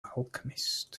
alchemist